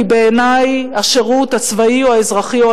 כי בעיני השירות הצבאי או האזרחי או